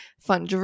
fun